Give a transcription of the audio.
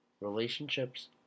relationships